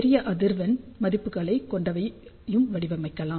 பெரிய அதிர்வெண் மதிப்புகளை கொண்டவையும் வடிவமைக்கலாம்